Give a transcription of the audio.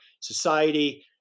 society